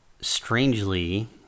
strangely